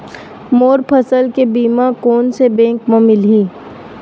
मोर फसल के बीमा कोन से बैंक म मिलही?